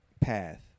path